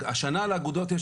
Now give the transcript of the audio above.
השנה לאגודות,